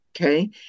okay